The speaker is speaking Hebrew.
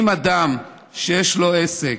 אם לאדם יש עסק